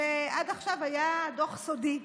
שעד עכשיו היה דוח סודי.